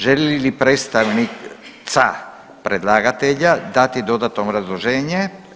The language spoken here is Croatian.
Želi li predstavnica predlagatelja dati dodatno obrazloženje?